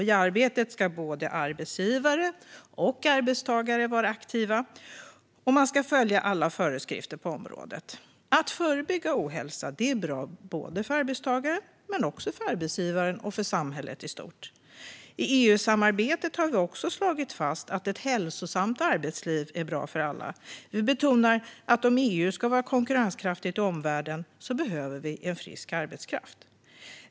I arbetet ska både arbetsgivare och arbetstagare vara aktiva, och man ska följa alla föreskrifter på området. Att förebygga ohälsa är bra för arbetstagaren, men också för arbetsgivaren och för samhället i stort. I EU-samarbetet har vi också slagit fast att ett hälsosamt arbetsliv är bra för alla. Vi betonar att om EU ska vara konkurrenskraftigt i omvärlden behöver vi en frisk arbetskraft.